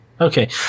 Okay